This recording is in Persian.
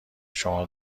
شما